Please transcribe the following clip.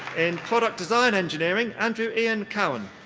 in product design engineering, andrew iain cowan.